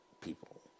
people